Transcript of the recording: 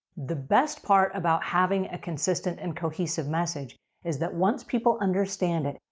the best part about having a consistent and cohesive message is that once people understand it,